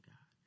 God